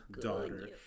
daughter